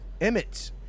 Emmett